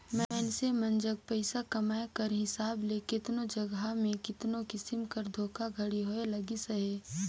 मइनसे मन जग पइसा कमाए कर हिसाब ले केतनो जगहा में केतनो किसिम कर धोखाघड़ी होए लगिस अहे